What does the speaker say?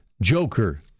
Joker